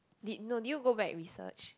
did no did you go back research